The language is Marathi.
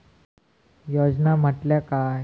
योजना म्हटल्या काय?